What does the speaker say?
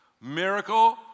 Miracle